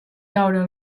caure